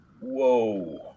Whoa